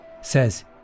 Says